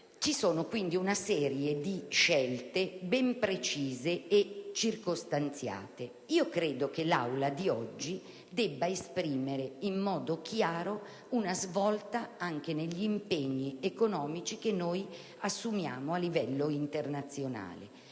fatte, quindi, una serie di scelte ben precise e circostanziate. Io credo che oggi l'Aula debba esprimere in modo chiaro una svolta anche negli impegni economici da assumere a livello internazionale.